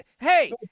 Hey